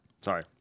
Sorry